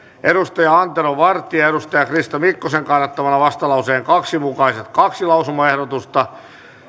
antero vartia on krista mikkosen kannattamana tenhyt vastalauseen kaksi mukaiset kaksi lausumaehdotusta